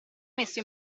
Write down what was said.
messo